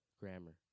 Grammar